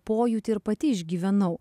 pojūtį ir pati išgyvenau